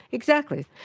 exactly.